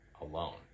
alone